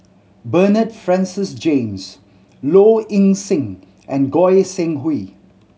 Bernard Francis James Low Ing Sing and Goi Seng Hui